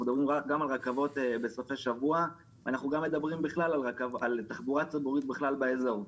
אנחנו מדברים על רכבות בסופי שבוע ועל תחבורה ציבורית בכלל באזור.